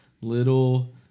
little